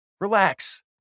Relax